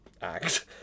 act